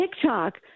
TikTok